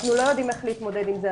אנחנו לא יודעים איך להתמודד עם זה.